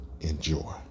Enjoy